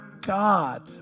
God